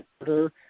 order